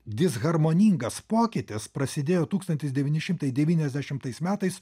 disharmoningas pokytis prasidėjo tūkstantis devyni šimtai devyniasdešimtais metais